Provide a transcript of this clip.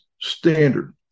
standard